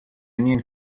union